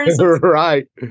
right